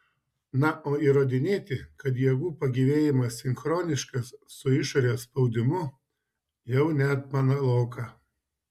na o įrodinėti kad jėgų pagyvėjimas sinchroniškas su išorės spaudimu jau net banaloka